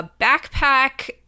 backpack